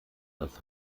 das